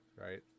right